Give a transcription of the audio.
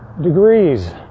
degrees